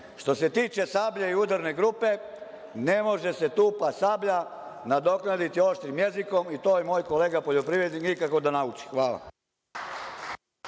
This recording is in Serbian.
se tiče „Sablje“ i „Udarne grupe“, ne može se tupa sablja nadoknaditi oštrim jezikom i to moj kolega poljoprivrednik, nikako da nauči. Hvala.